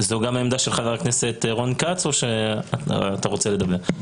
זו גם העמדה של חבר הכנסת רון כץ או שאתה רוצה לדבר?